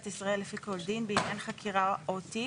ישראל לפי כל דין בעניין חקירה או תיק,